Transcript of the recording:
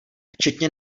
včetně